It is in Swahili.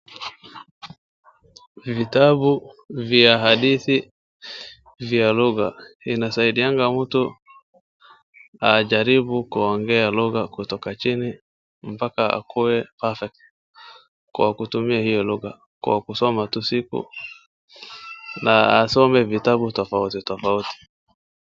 Vitabu vya hadithi vya lugha, inasaidianga mtu ajaribu kuongea lugha kutoka chini mpaka akuwe perfect , kwa kutumia hio lugha, kwa kusoma tusipo, na asome vitabu tofauti tofauti.